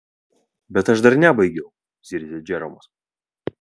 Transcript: bet aš dar nebaigiau zirzė džeromas